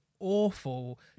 Awful